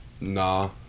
Nah